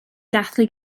dathlu